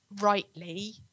rightly